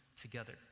together